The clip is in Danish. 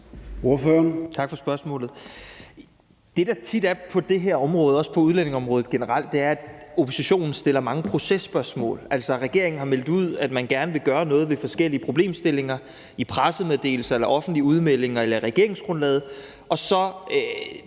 område og også på udlændingeområdet generelt, er, at oppositionen stiller mange processpørgsmål. Altså, regeringen har meldt ud, at man gerne vil gøre noget ved forskellige problemstillinger, i pressemeddelelser, offentlige udmeldinger eller i regeringsgrundlaget,